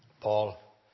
Paul